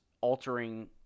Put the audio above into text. altering